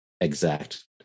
exact